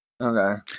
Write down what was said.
Okay